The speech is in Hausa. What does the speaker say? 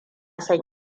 son